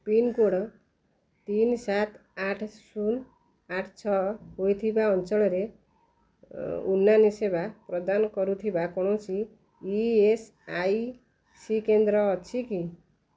pincode ତିନି ସାତ ଆଠ ଶୂନ ଆଠ ଛଅ ହୋଇଥିବା ଅଞ୍ଚଳରେ ଉନାନି ସେବା ପ୍ରଦାନ କରୁଥିବା କୌଣସି ଇ ଏସ୍ ଆଇ ସି କେନ୍ଦ୍ର ଅଛି କି